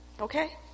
Okay